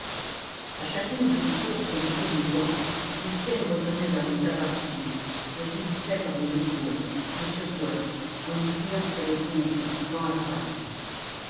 a chacune de ses courses au milieu des bancs étienne revenait vers le cabaretier le saisissait par les épaules le secouait en lui criant ses réponses dans la face